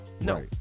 No